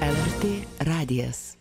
lrt radijas